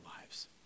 lives